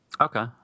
Okay